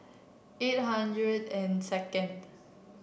eight hundred and second